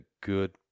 good